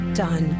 done